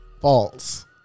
false